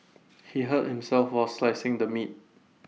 he hurt himself while slicing the meat